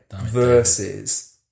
versus